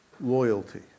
loyalty